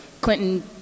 Clinton